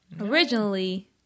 originally